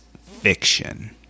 fiction